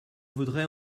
voudrais